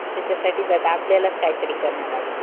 त्याच्यासाठीच आता आपल्यालाच काय तरी करनं लागंल